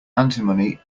antimony